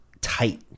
tight